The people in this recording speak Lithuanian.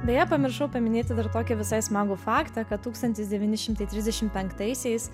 beje pamiršau paminėti dar tokį visai smagų faktą kad tūkstantis devyni šimtai trisdešimt penktaisiais